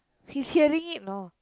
he's hearing it know